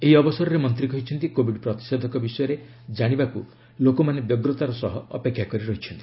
ଏହି ଅବସରରେ ମନ୍ତ୍ରୀ କହିଛନ୍ତି କୋବିଡ୍ ପ୍ରତିଷେଧକ ବିଷୟରେ ଜାଶିବାକୁ ଲୋକମାନେ ବ୍ୟଗ୍ରତାର ସହ ଅପେକ୍ଷା କରି ରହିଛନ୍ତି